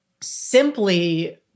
simply